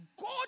God